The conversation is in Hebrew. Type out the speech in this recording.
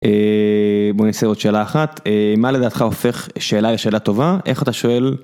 בוא נעשה עוד שאלה אחת מה לדעתך הופך שאלה לשאלה טובה, איך אתה שואל.